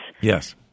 Yes